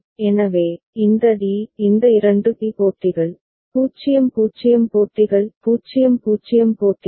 எனவே இந்த d இந்த இரண்டு டி போட்டிகள் 0 0 போட்டிகள் 0 0 போட்டிகள்